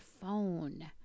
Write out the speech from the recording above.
phone